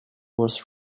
was